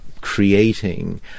creating